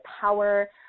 power